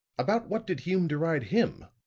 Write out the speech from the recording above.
about what did hume deride him?